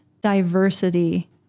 diversity